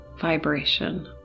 vibration